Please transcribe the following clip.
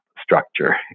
structure